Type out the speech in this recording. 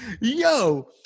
yo